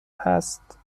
هست